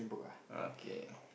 okay